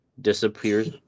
Disappears